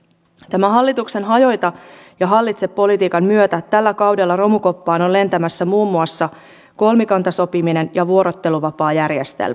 tämän hallituksen hajota ja hallitse politiikan myötä tällä kaudella romukoppaan on lentämässä muun muassa kolmikantasopiminen ja vuorotteluvapaajärjestelmä